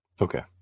Okay